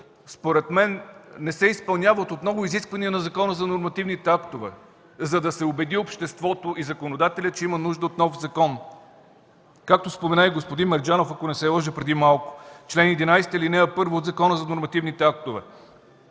според мен не се изпълняват отново изисквания на Закона за нормативните актове, за да се убеди обществото от законодателя, че има нужда от нов закон! Както спомена и господин Мерджанов, ако не се лъжа, преди малко – чл. 11, ал. 1 от Закона за нормативните актове: